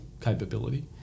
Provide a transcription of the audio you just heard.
capability